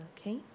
okay